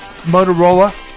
Motorola